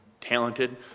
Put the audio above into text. talented